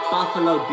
Buffalo